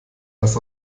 das